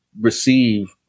receive